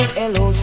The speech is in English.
hello